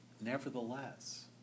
Nevertheless